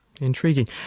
Intriguing